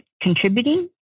contributing